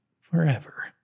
forever